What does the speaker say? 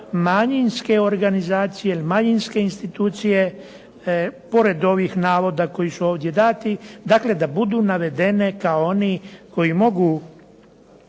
pojam formulacija, da manjinske institucije pored ovih navoda koji su ovdje dati da budu navedene kao oni koji mogu